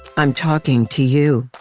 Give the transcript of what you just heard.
i'm talking to you.